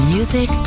Music